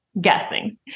Guessing